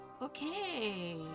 Okay